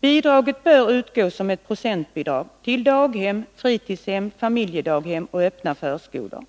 Bidraget bör utgå som ett procentbidrag till daghem, fritidshem, familjedaghem och öppna förskolor.